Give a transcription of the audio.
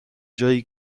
جایی